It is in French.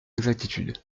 exactitude